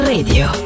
Radio